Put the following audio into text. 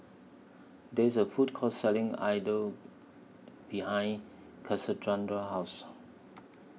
There IS A Food Court Selling idle behind House